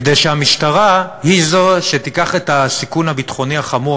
כדי שהמשטרה היא שתיקח את הסיכון הביטחוני החמור,